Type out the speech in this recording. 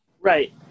Right